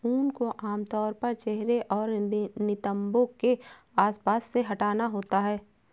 ऊन को आमतौर पर चेहरे और नितंबों के आसपास से हटाना होता है